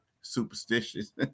superstitious